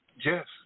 Yes